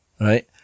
right